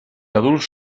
adults